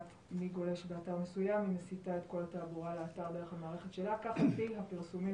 הנושא על סדר היום הפרסומים